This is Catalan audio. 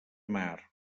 mar